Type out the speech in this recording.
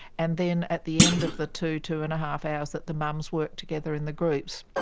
and then at the end of the two, two and a half hours that the mums work together in the groups,